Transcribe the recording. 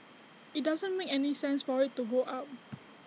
IT doesn't make any sense for IT to go up